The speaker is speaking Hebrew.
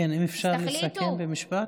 כן, אם אפשר לסכם במשפט אחד.